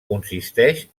consisteix